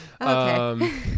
Okay